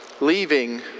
Leaving